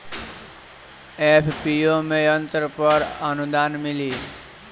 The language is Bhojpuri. एफ.पी.ओ में यंत्र पर आनुदान मिँली?